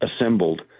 assembled